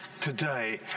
today